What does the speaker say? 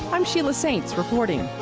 i'm sheila saints reporting.